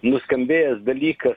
nuskambėjęs dalykas